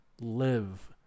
live